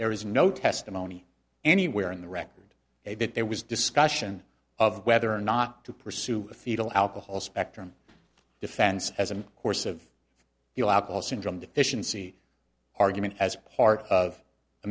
there is no testimony anywhere in the record there was discussion of whether or not to pursue fetal alcohol spectrum defense as a course of the allowable syndrome deficiency argument as part of the